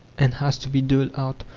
and has to be doled out,